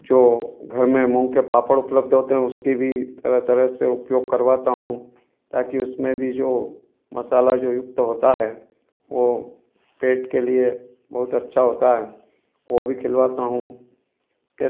जो घर में मूंग के पापड़ उपलब्ध होते हैं उसके भी तरह तरह से उपयोग करवाता हूँ ताकि उसमें भी जो मसाला जो युक्त होता है वो पेट के लिए बहुत अच्छा होता है वो भी खिलवाता हूँ उसके साथ